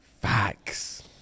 Facts